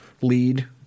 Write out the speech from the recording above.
lead